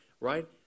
right